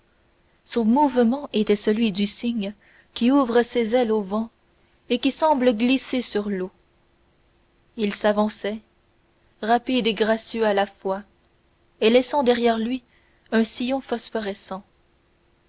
son mouvement était celui du cygne qui ouvre ses ailes au vent et qui semble glisser sur l'eau il s'avançait rapide et gracieux à la fois et laissant derrière lui un sillon phosphorescent